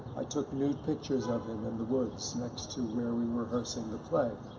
i took nude pictures of him in the woods next to where we were rehearsing the play.